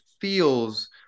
feels